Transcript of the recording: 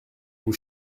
vous